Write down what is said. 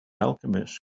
alchemist